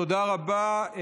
תודה רבה.